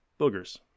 Boogers